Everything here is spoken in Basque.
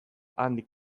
handik